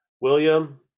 William